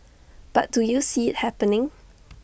but do you see IT happening